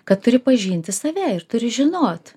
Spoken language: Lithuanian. kad turi pažinti save ir turi žinot